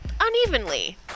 unevenly